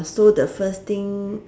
so the first thing